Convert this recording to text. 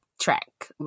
track